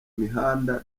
mihanda